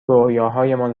رویاهایمان